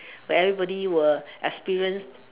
where everybody will experience